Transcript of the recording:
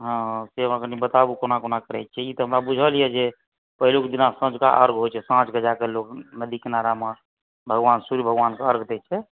हॅं से कनि हमरा बताबु कोना कोना करै छियै से ई तऽ हमरा बुझल यऽ जे पहिलुक जेना सँझका अर्घ्य होइ छै साँझके जाके लोक नदी किनारामे भगवान सुर्य भगवानके अर्घ्य देइ छै